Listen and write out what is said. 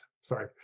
sorry